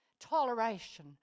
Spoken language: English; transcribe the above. Toleration